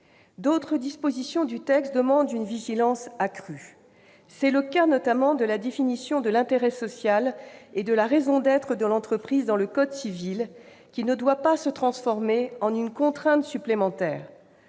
D'autres dispositions demandent une vigilance accrue. C'est le cas, notamment, de la définition de l'intérêt social et de la raison d'être de l'entreprise dans le code civil, qui ne doit pas se transformer en une contrainte supplémentaire.